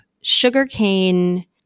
sugarcane